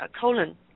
colon